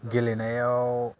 गेलेनायाव